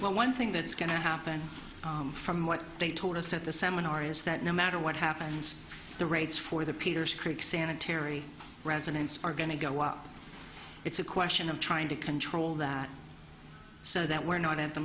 well one thing that's going to happen from what they told us at the seminar is that no matter what happens the rates for the peters creek sanitary residents are going to go up it's a question of trying to control that so that we're not at the